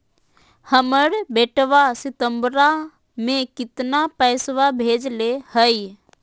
हमर बेटवा सितंबरा में कितना पैसवा भेजले हई?